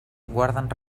guarden